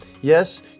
Yes